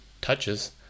touches